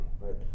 right